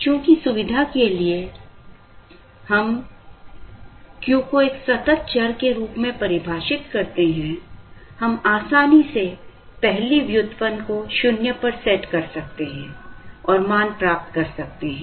चूंकि सुविधा के लिए हम Q को एक सतत चर के रूप में परिभाषित करते हैं हम आसानी से पहली व्युत्पन्न को 0 पर सेट कर सकते हैं और मान प्राप्त कर सकते हैं